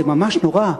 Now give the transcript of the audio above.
זה ממש נורא.